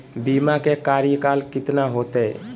बीमा के कार्यकाल कितना होते?